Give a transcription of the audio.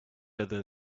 other